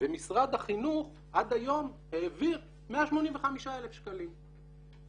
ומשרד החינוך עד היום העביר 185,000 שקלים.